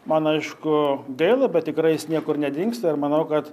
man aišku gaila bet tikrai jis niekur nedingsta ir manau kad